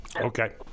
Okay